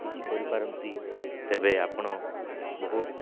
କିଛି କରିପାରନ୍ତି ତେବେ ଆପଣ ବହୁତ